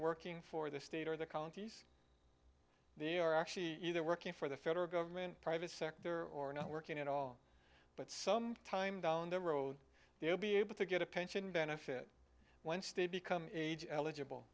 working for the state or the counties the are actually either working for the federal government private sector or not working at all but some time down the road they will be able to get a pension benefit once they become eligible